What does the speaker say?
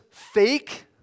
fake